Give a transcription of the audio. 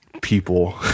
people